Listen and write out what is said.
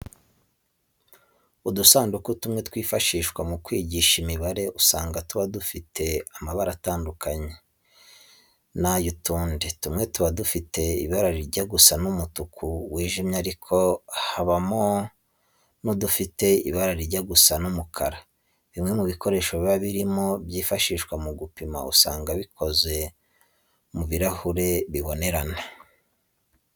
Udusanduku tumwe twifashishwa mu kwigisha imibare, usanga tuba dufite amabara atandukanye n'ay'utundi. Tumwe tuba dufite ibara rijya gusa n'umutuku wijimye ariko habaho n'udufite ibara rijya gusa n'umukara. Bimwe mu bikoresho biba birimo byifashishwa mu gupima, usanga bikozwe mu birahuri bibonerana.